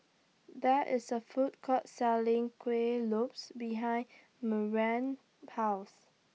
There IS A Food Court Selling Kuih Lopes behind Marian's House